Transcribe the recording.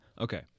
Okay